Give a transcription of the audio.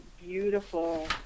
beautiful